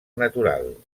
natural